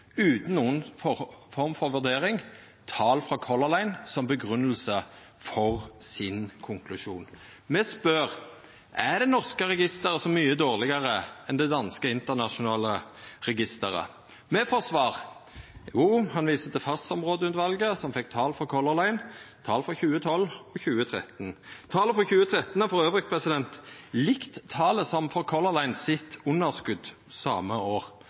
utan nokon form for vurdering, tal frå Color Line som grunngjeving for sin konklusjon. Me spør: Er det norske registeret så mykje dårlegare enn det danske internasjonale registeret? Me får svar: Jo, han viste til fartsområdeutvalet, som fekk tal frå Color Line, tal frå 2012 og 2013. Talet frå 2013 er forresten likt talet for Color Line sitt underskot det same